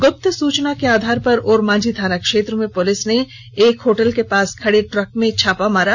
गुप्त सुचना के आधार पर ओरमांझी थाना क्षेत्र में पुलिस ने एक होटल के पास खडे टक में छापा मारा